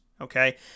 Okay